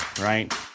right